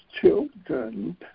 children